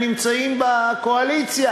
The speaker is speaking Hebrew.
הם נמצאים בקואליציה,